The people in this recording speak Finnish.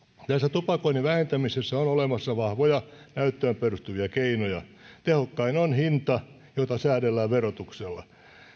tupakoinnin vähentämisessä on olemassa vahvoja näyttöön perustuvia keinoja tehokkain on hinta jota säädellään verotuksella